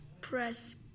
press